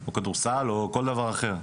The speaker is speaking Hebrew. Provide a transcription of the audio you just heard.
או כדורסל או כול דבר אחר.